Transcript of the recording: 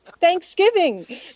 Thanksgiving